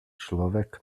človek